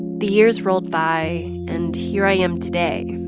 the years rolled by. and here i am today,